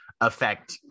affect